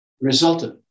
resulted